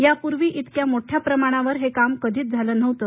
यापूर्वी इतक्या मोठ्या प्रमाणावर हे काम कधी झालं नव्हतं